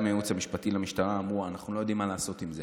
אבל גם בייעוץ המשפטי למשטרה אמרו: אנחנו לא יודעים מה לעשות עם זה,